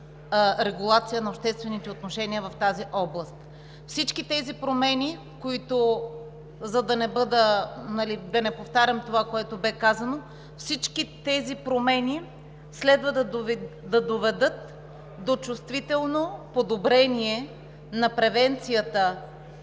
регулация на обществените отношения в тази област. Всички тези промени, за да не повтарям това, което бе казано, следва да доведат до чувствително подобрение на превенцията